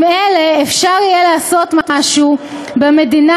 עם אלה אפשר יהיה לעשות משהו במדינה